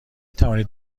توانید